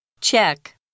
Check